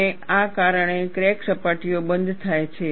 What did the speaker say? અને આ કારણે ક્રેક સપાટીઓ બંધ થાય છે